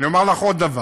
אני אומר לך עוד דבר: